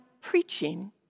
preaching